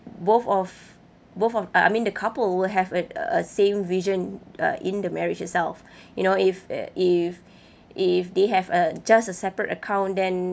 both of both of uh I mean the couple will have a a same vision uh in the marriage itself you know if uh if they have a just a separate account then